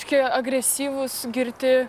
tokie agresyvūs girti